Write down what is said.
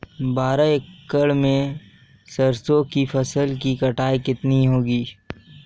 बारह एकड़ में सरसों की फसल की कटाई कितनी होगी?